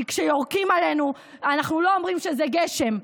כי כשיורקים עלינו אנחנו לא אומרים שזה גשם.